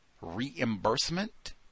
reimbursement